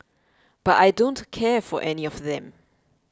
but I don't care for any of them